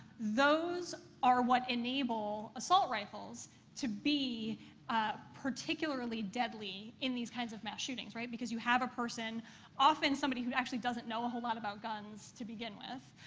those are what enable assault rifles to be ah particularly deadly in these kinds of mass shootings, right? because you have a person often somebody who actually doesn't know a whole lot about guns to begin with